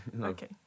Okay